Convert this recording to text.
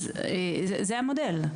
זה המודל.